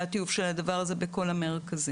היה טיוב של הדבר הזה בכל המרכזים.